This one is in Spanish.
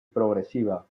progresiva